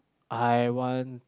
I want